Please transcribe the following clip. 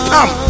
Come